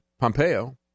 Pompeo